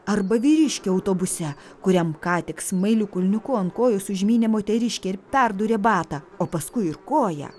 arba vyriškio autobuse kuriam ką tik smailiu kulniuku ant kojos užmynė moteriškė ir perdūrė batą o paskui ir koją